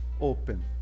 open